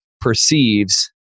perceives